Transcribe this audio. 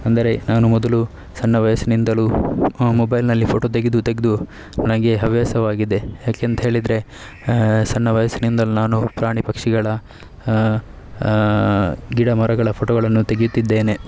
ಅಂದರೆ ನಾನು ಮೊದಲು ಸಣ್ಣ ವಯಸ್ಸಿನಿಂದಲೂ ಮೊಬೈಲ್ನಲ್ಲಿ ಫೋಟೋ ತೆಗೆದು ತೆಗೆದು ನನಗೆ ಹವ್ಯಾಸವಾಗಿದೆ ಯಾಕಂತ್ಹೇಳಿದ್ರೆ ಸಣ್ಣ ವಯಸ್ಸಿನಿಂದಲೂ ನಾನು ಪ್ರಾಣಿ ಪಕ್ಷಿಗಳ ಗಿಡಮರಗಳ ಫೋಟೋಗಳನ್ನು ತೆಗೆಯುತ್ತಿದ್ದೇನೆ